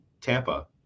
Tampa